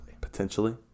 Potentially